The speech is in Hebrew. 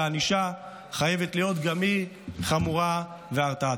והענישה חייבת להיות גם היא חמורה והרתעתית.